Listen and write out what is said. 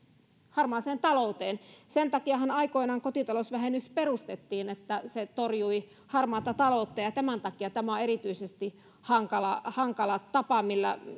harmaaseen talouteen sen takiahan aikoinaan kotitalousvähennys perustettiin että se torjui harmaata taloutta ja tämän takia tämä on erityisesti hankala hankala tapa